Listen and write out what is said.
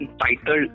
title